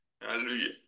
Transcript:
Hallelujah